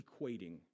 equating